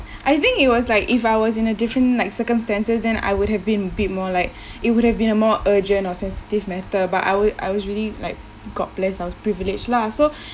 I think it was like if I was in a different like circumstances than I would have been be more like it would have been a more urgent or sensitive matter but I was I was really like god bless our privilege lah so